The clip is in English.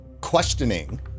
questioning